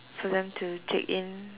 for them to take in